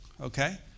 okay